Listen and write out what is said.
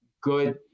good